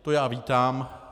To já vítám.